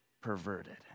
perverted